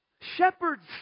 Shepherds